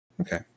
Okay